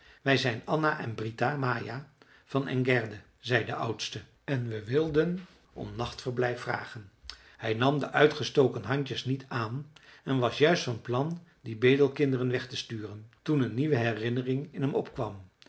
wij zijn anna en brita maja van engärde zei de oudste en we wilden om nachtverblijf vragen hij nam de uitgestoken handjes niet aan en was juist van plan die bedelkinderen weg te sturen toen een nieuwe herinnering in hem opkwam